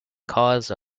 cause